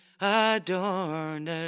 adorned